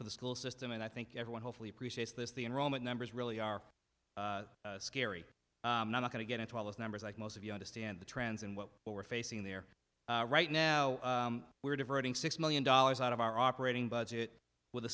for the school system and i think everyone hopefully appreciates this the enrollment numbers really are scary not going to get into all those numbers like most of you understand the trends and what we're facing there right now we're diverting six million dollars out of our operating budget with